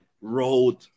road